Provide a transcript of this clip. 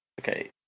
Okay